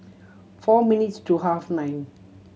four minutes to half nine